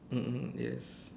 mm mm yes